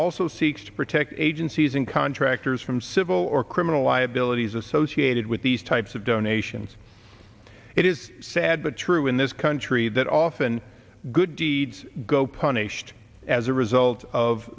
also seeks to protect agencies and contractors from civil or criminal liabilities associated with these types of donations it is sad but true in this country that often good deeds go punished as a result of